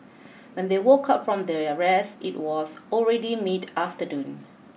when they woke up from their rest it was already mid afternoon